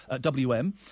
WM